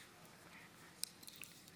טוב,